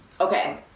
Okay